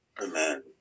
Amen